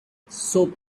soap